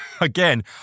again